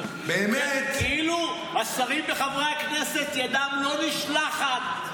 כאילו השרים וחברי הכנסת, ידם לא נשלחת.